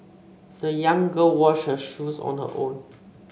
the young girl washed her shoes on her own